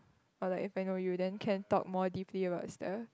or like if I know you then can talk more deeply about stuff